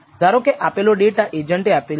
ધારોકે આપેલો ડેટા એજન્ટે આપેલ છે